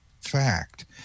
fact